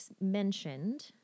mentioned